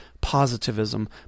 positivism